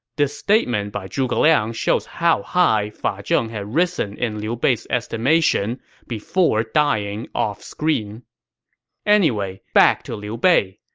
this statement statement by zhuge liang shows how high fa zheng had risen in liu bei's estimation before dying off-screen anyway, back to liu bei.